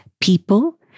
people